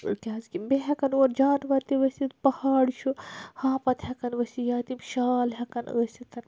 کِیازِ کہِ بیٚیہِ ہیٚکَن اور جانوَر تہِ ؤسِتھ پَہاڑ چھُ ہاپَت ہیٚکَن ؤسِتھ یا تِم شال ہیٚکَن ٲسِتھ